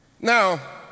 Now